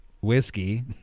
whiskey